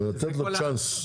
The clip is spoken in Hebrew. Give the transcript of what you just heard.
לתת לו צ'אנס,